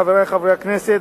חברי חברי הכנסת,